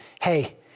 Hey